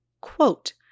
quote